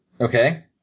Okay